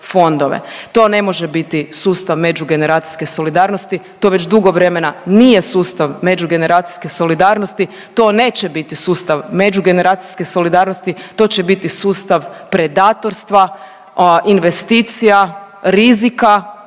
To ne može biti sustav međugeneracijske solidarnost, to već dugo vremena nije sustav međugeneracijske solidarnosti, to neće biti sustav međugeneracijske solidarnosti, to će biti sustav predatorstva investicija, rizika